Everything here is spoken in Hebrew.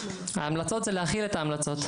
ההמלצות הן להחיל את ההמלצות.